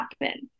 happen